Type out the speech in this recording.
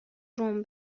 روم